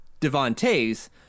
Devontae's